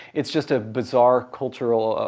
it's just a bizarre cultural,